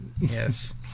Yes